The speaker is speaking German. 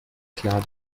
klar